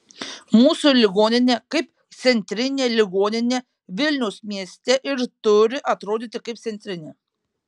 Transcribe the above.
mūsų ligoninė kaip centrinė ligoninė vilniaus mieste ir turi atrodyti kaip centrinė